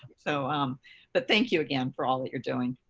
so um but thank you again for all that you are doing.